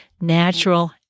natural